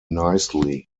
nicely